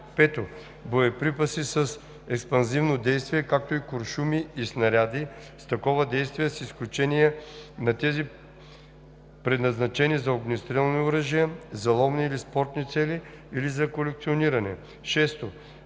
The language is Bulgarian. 5. боеприпаси с експанзивно действие, както и куршуми и снаряди с такова действие, с изключение на тези, предназначени за огнестрелни оръжия за ловни или спортни цели или за колекциониране; 6.